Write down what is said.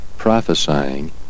prophesying